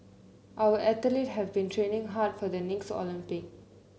our athlete have been training hard for the next Olympic